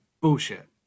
bullshit